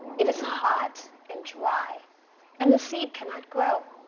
it is hot and dry and the seed cannot grow.